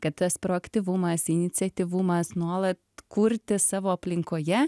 kad tas proaktyvumas iniciatyvumas nuolat kurti savo aplinkoje